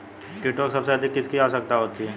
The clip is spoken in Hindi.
कीटों को सबसे अधिक किसकी आवश्यकता होती है?